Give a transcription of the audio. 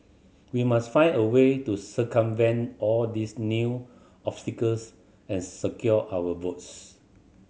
we must find a way to circumvent all these new obstacles and secure our votes